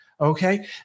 Okay